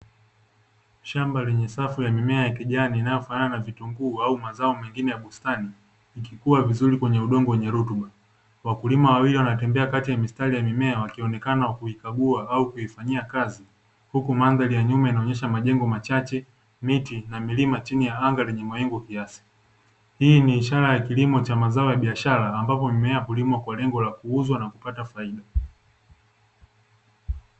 Shamba lenye safu ya mimea ya kijani inayofanana na vitunguu au mazao mengine ya bustani ikikua vizuri kwenye udongo wenye rutuba. Wakulima wawili wanatembea kati ya mistari ya mimea wakionekana kuikagua au kuifanyia kazi huku mandhari ya nyuma inaonyesha majengo machache miti na milima chini ya anga lenye mawingu kiasi, hii ni ishara ya kilimo cha mazao ya biashara ambapo mimea kulimwa kwa lengo la kuuzwa na kupata faida.